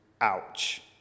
Ouch